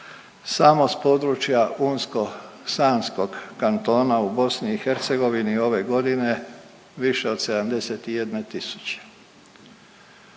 samo s područja Unsko-sanskog kantona u BiH ove godine više od 71